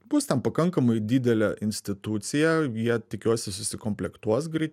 bus ten pakankamai didelė institucija jie tikiuosi susikomplektuos greit